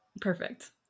perfect